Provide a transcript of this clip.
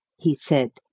he said,